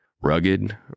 rugged